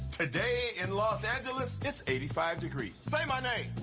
today in los angeles, it's eighty five degrees. say my name.